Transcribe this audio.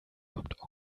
kommt